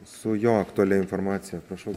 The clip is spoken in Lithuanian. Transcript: su jo aktualia informacija prašau